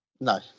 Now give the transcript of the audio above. No